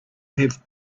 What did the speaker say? have